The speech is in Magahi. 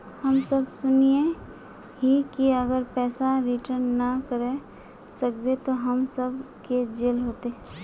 हम सब सुनैय हिये की अगर पैसा रिटर्न ना करे सकबे तो हम सब के जेल होते?